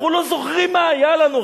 אנחנו לא זוכרים מה היה לנו?